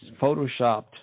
Photoshopped